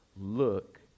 look